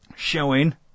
Showing